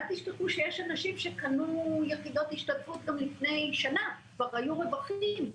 אל תשכחו שיש אנשים שקנו יחידות השתתפות גם לפני שנה והיו רווחים,